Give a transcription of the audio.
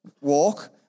walk